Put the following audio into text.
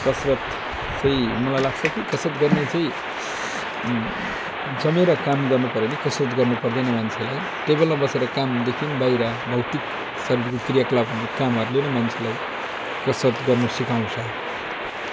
कसरत चाहिँ मलाई लाग्छ कि कसरत गर्ने चाहिँ समय र काम गर्नुपऱ्यो भने कसरत गर्नुपर्दैन मान्छेलाई टेबलमा बसेर कामदेखि बाहिर भौतिक शरीरको क्रियाकलाप हुने कामहरूले नै मान्छेलाई कसरत गर्न सिकाउँछ